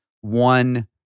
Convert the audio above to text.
one